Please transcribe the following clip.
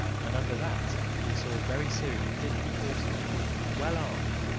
and under that we saw very soon fifty horsemen well armed,